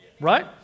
Right